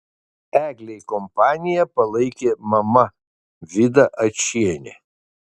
eglei kompaniją palaikė mama vida ačienė